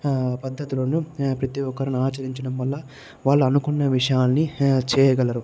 ఆ పద్ధతులను ఆ ప్రతి ఒక్కరు ఆచరించడం వల్ల వాళ్ళు అనుకున్న విషయాన్ని చేయగలరు